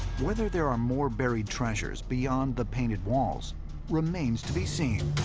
whether there are more buried treasures beyond the painted walls remains to be seen.